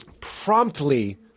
Promptly